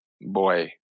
boy